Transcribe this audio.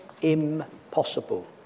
Impossible